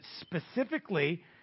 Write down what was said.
specifically